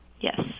Yes